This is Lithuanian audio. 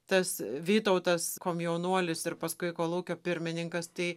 tas vytautas komjaunuolis ir paskui kolūkio pirmininkas tai